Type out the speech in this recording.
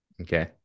Okay